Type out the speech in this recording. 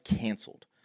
canceled